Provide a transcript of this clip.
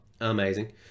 Amazing